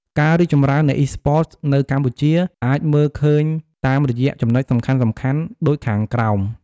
ការរីកចម្រើននៃ Esports នៅកម្ពុជាអាចមើលឃើញតាមរយៈចំណុចសំខាន់ៗដូចខាងក្រោម។